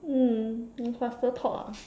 mm you faster talk ah